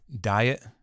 diet